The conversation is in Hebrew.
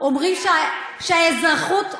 אומרים שהאזרחות,